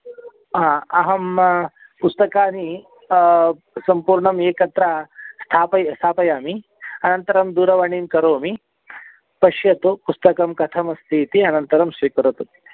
ह अहं पुस्तकानि सम्पूर्णम् एकत्र स्थापय स्थापयामि अनन्तरं दूरवाणीं करोमि पश्यतु पुस्तकं कथमस्ति इति अनन्तरं स्वीकरोतु